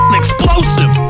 explosive